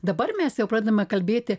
dabar mes jau pradedame kalbėti